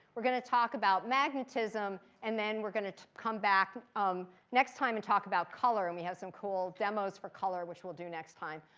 we're going to talk about magnetism. and then we're going to come back um next time and talk about color. and we have some cool demos for color which we'll do next time.